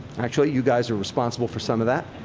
actually, you guys are responsible for some of that.